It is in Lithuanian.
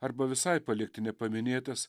arba visai palikti nepaminėtas